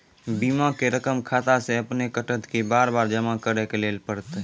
बीमा के रकम खाता से अपने कटत कि बार बार जमा करे लेली पड़त?